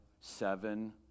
seven